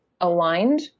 aligned